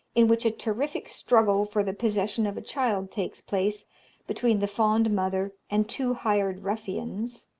in which a terrific struggle for the possession of a child takes place between the fond mother and two hired ruffians,